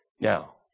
Now